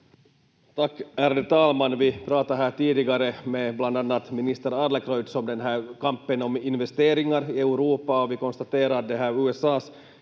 Tack, ärade talman! Vi pratade här tidigare med bland annat minister Adlercreutz om kampen om investeringar i Europa och vi konstaterade att USA:s